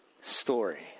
story